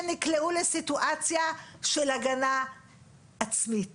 שנקלעו לסיטואציה של הגנה עצמית.